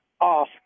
off